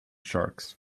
sharks